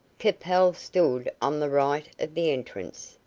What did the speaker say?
capel stood on the right of the entrance,